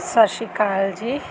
ਸਤਿ ਸ਼੍ਰੀ ਅਕਾਲ ਜੀ